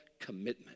Commitment